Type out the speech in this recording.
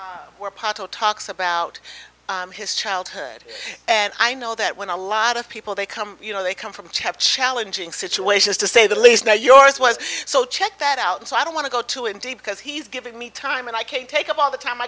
pottle talks about his childhood and i know that when a lot of people they come you know they come from chap challenging situations to say the least now yours was so check that out and so i don't want to go to indy because he's given me time and i can't take up all the time i